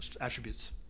attributes